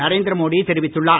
நரேந்திரமோடி தெரிவித்துள்ளார்